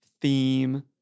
theme